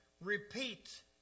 repeat